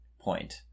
point